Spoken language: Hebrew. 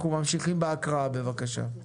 אנחנו ממשיכים בהקראה, בבקשה.